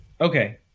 Okay